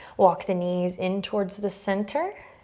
walk the knees in towards the center,